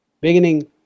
beginning